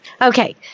Okay